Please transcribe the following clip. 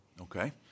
okay